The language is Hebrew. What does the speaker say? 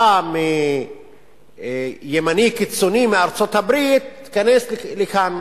אתה ימני קיצוני מארצות-הברית, תיכנס לכאן.